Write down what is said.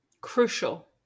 Crucial